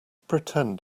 pretend